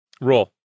roll